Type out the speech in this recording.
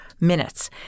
minutes